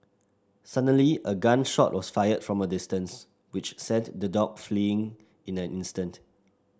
suddenly a gun shot was fired from a distance which sent the dogs fleeing in an instant